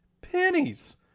Pennies